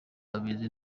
abizi